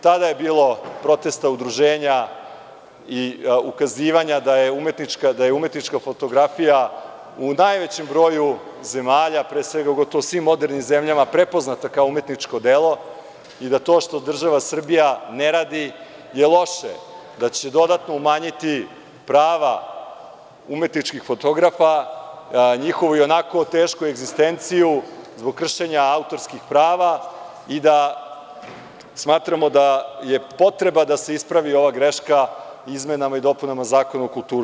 Tada je bilo protesta udruženja i ukazivanja da je umetnička fotografija u najvećem broju zemalja, u gotovo svim modernim zemljama, prepoznata kao umetničko delo i da to što država Srbija ne radi je loše, da će dodatno umanjiti prava umetničkih fotografa, njihovu i onako tešku egzistenciju zbog kršenja autorskih prava i da smatramo da je potreba da se ispravi ova greška izmenama i dopunama Zakona o kulturi.